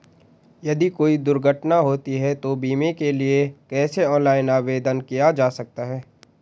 यदि कोई दुर्घटना होती है तो बीमे के लिए कैसे ऑनलाइन आवेदन किया जा सकता है?